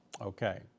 Okay